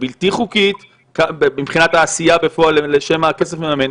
הבלתי חוקית מבחינת העשייה בפועל את מה שהכסף הזה מממן?